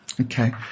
Okay